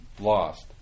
lost